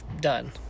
done